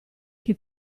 che